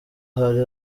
hari